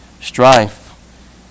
strife